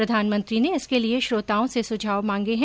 प्रधानमंत्री ने इसके लिए श्रोताओं से सुझाव मांगे हैं